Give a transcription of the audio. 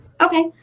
Okay